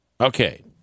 okay